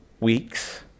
weeks